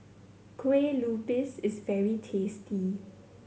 kue lupis is very tasty